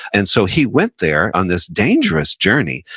and so, he went there on this dangerous journey,